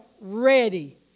ready